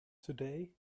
today